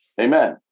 Amen